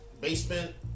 basement